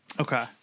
Okay